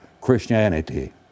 Christianity